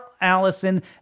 Allison